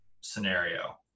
scenario